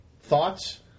Thoughts